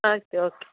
ಆಯ್ತು ಓಕೆ